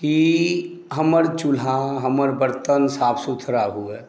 की हमर चूल्हा हमर बर्तन साफ सुथरा हुअए